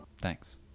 Thanks